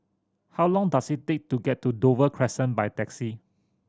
how long does it take to get to Dover Crescent by taxi